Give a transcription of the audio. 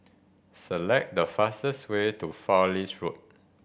select the fastest way to Fowlie Road